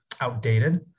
outdated